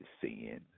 sin